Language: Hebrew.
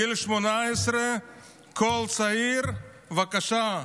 בגיל 18 כל צעיר, בבקשה,